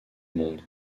monde